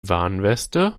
warnweste